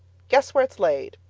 guess where it's laid?